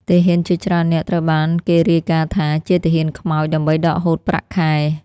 ទាហានជាច្រើននាក់ត្រូវបានគេរាយការណ៍ថាជា "ទាហានខ្មោច" ដើម្បីដកហូតប្រាក់ខែ។